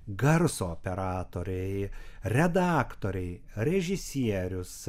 garso operatoriai redaktoriai režisierius